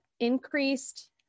increased